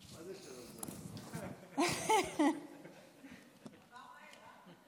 גברתי היושבת-ראש, חבריי חברי